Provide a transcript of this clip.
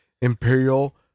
Imperial